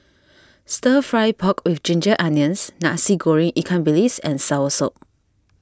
Stir Fry Pork with Ginger Onions Nasi Goreng Ikan Bilis and Soursop